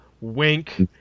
Wink